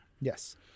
yes